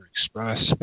Express